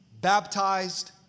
baptized